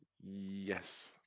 Yes